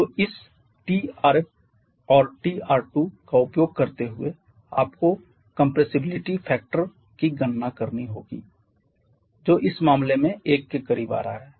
तो इस Tr1 और Tr2 का उपयोग करते हुए आपको कम्प्रेसिबिलिटी फैक्टर की गणना करनी होगी जो इस मामले में 1 के करीब आ रहा है